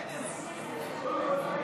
ההצעה להעביר